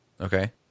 Okay